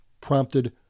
prompted